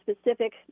specific